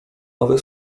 nowe